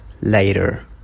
later